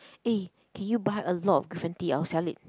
eh can you buy a lot of different tea I will sell it